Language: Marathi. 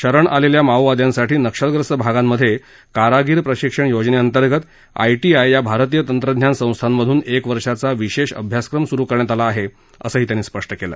शरण आलेल्या माओवाद्यांसाठी नक्षलग्रस्त भागांमधे कारागिर प्रशिक्षण योनजेअंतर्गत आयटीआय या भारतीय तंत्रज्ञान संस्थांमधून एक वर्षाचा विशेष अभ्यासक्रम स्रु करण्यात आला आहे असंही त्यांनी स्पष्ट केलं